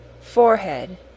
forehead